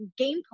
gameplay